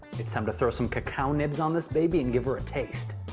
it's time to throw some cacao nibs on this baby and give her a taste.